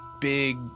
big